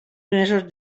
mesos